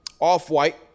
Off-White